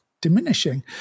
diminishing